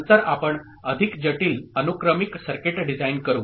नंतर आपण अधिक जटिल अनुक्रमिक सर्किट डिझाइन करू